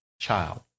child